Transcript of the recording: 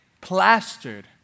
plastered